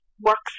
works